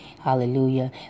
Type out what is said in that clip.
Hallelujah